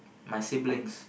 my siblings